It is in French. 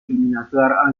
éliminatoires